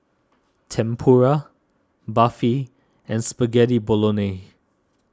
Tempura Barfi and Spaghetti Bolognese